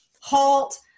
halt